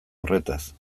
horretaz